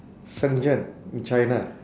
shenzhen in china